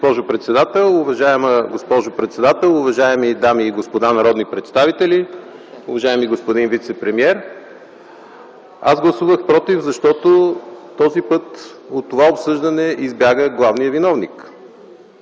Аз гласувах „против”, защото този път от това обсъждане избяга главният виновник.